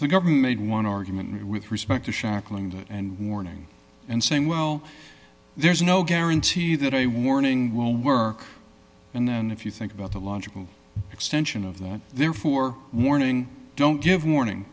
the government one argument with respect to shackle and and warning and saying well there's no guarantee that a warning will work and then if you think about the logical extension of that therefore warning don't give warning